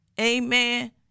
amen